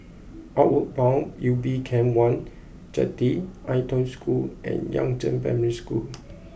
outward Bound Ubin Camp one Jetty Ai Tong School and Yangzheng Primary School